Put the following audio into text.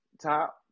top